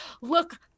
look